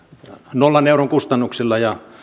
nollan euron kustannuksilla ja